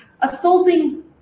assaulting